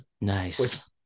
Nice